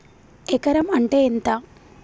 ఎకరం అంటే ఎంత?